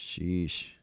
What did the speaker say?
Sheesh